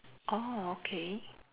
orh okay